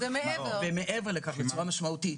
זה מעבר לכך בצורה משמעותית.